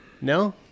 No